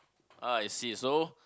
ah I see so